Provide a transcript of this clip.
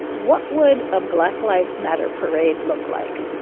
what would a black lives matter parade look like?